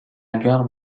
gare